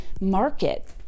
market